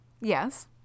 Yes